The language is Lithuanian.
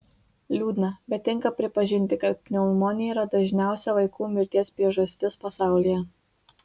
liūdna bet tenka pripažinti kad pneumonija yra dažniausia vaikų mirties priežastis pasaulyje